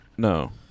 No